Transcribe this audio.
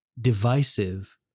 divisive